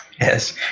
Yes